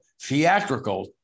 theatrical